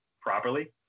properly